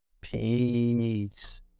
Peace